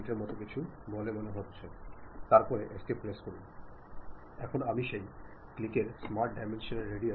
നിങ്ങൾ ഇത് പങ്കിടുമ്പോൾ നിങ്ങളുടെ സുഹൃത്ത് നിങ്ങളുമായി സഹകരിക്കുന്നുണ്ടോ ഇല്ലയോ എന്ന് നിങ്ങൾക്ക് വ്യക്തമാക്കാൻ കഴിയും